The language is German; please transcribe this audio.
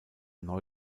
neu